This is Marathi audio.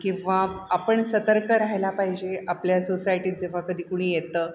किंवा आपण सतर्क राहायला पाहिजे आपल्या सोसायटीत जेव्हा कधी कुणी येतं